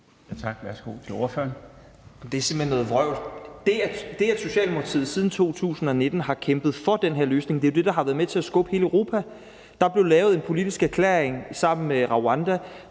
Kl. 16:29 Frederik Vad (S): Det er simpelt hen noget vrøvl. Det, at Socialdemokratiet siden 2019 har kæmpet for den her løsning, er jo det, der har været med til at skubbe hele Europa. Der er blevet lavet en politisk erklæring sammen med Rwanda;